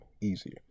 easier